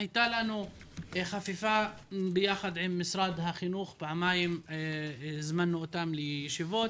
הייתה לנו חפיפה יחד עם משרד החינוך כאשר פעמיים הם הוזמנו לישיבות